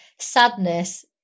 sadness